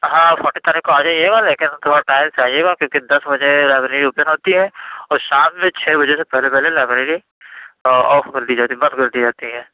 ہاں فورٹین تاریخ کو آ جائیے گا لیکن تھوڑا ٹائم سے آئیے گا کیونکہ دس بجے لائبریری اوپن ہوتی ہے اور شام میں چھ بجے سے پہلے پہلے لائبریری آف کر دی جاتی ہے بند کر دی جاتی ہے